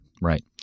Right